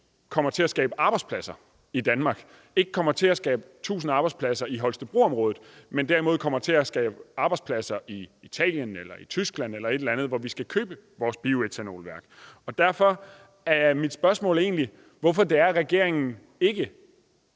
kommer til at skabe arbejdspladser i Danmark, ikke kommer til at skabe 1.000 arbejdspladser i Holstebroområdet, men derimod kommer til at skabe arbejdspladser i Italien eller i Tyskland eller et andet sted, hvor vi skal købe vores bioætanol. Derfor er mit spørgsmål egentlig, hvorfor regeringen ikke